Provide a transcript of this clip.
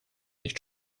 nicht